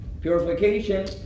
purification